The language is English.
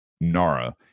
NARA